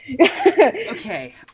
Okay